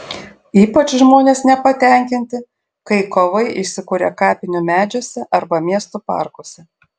ypač žmonės nepatenkinti kai kovai įsikuria kapinių medžiuose arba miestų parkuose